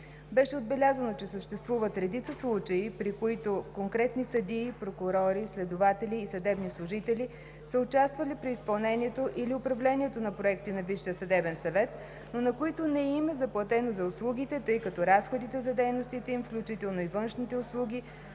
Беше отбелязано, че съществуват редица случаи, при които конкретни съдии, прокурори, следователи и съдебни служители са участвали при изпълнението или управлението на проекти на Висшия съдебен съвет, но на които не им е заплатено за услугите, тъй като разходите за дейностите им, включително и външните услуги,